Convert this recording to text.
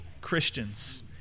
Christians